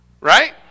Right